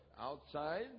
outside